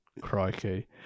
crikey